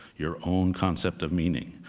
your own concept of meaning,